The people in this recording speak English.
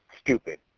stupid